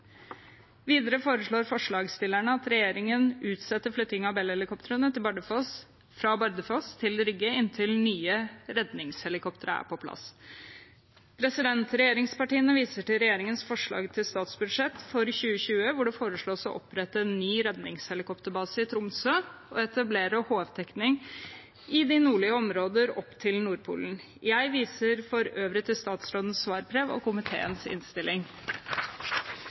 Videre foreslår forslagsstillerne at regjeringen utsetter flyttingen av Bell-helikoptrene fra Bardufoss til Rygge inntil nye redningshelikoptre er på plass. Regjeringspartiene viser til regjeringens forslag til statsbudsjett for 2020, der det foreslås å opprette en ny redningshelikopterbase i Tromsø og etablere HF-dekning i de nordlige områdene, opp til Nordpolen. Jeg viser for øvrig til statsrådens svarbrev og komiteens innstilling.